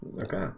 Okay